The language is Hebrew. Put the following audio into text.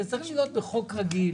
זה צריך להיות בחוק רגיל.